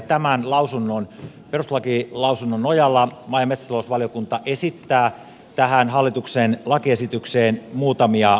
tämän perustuslakilausunnon nojalla maa ja metsätalousvaliokunta esittää tähän hallituksen lakiesitykseen muutamia muutoksia